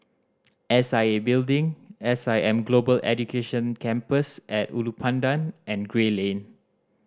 S I A Building S I M Global Education Campus At Ulu Pandan and Gray Lane